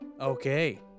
okay